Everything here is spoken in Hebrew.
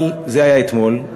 אבל זה היה אתמול,